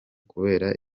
kubera